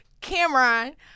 Cameron